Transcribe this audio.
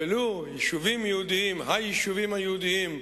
ולו יישובים יהודיים, היישובים היהודיים בחבל-עזה,